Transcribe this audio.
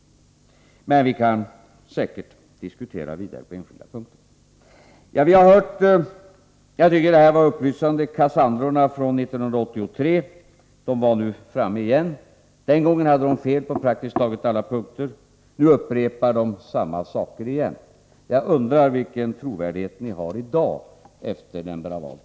Men vi kan säkert diskutera vidare på enskilda punkter. Jag tycker att det var upplysande att Kassandrorna från 1983 nu var framme igen. Den gången hade de fel på praktiskt taget alla punkter. Nu upprepar de samma saker igen. Jag undrar vilken trovärdighet ni har i dag efter den bravaden.